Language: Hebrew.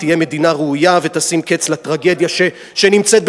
תהיה מדינה ראויה ותשים קץ לטרגדיה בסודן.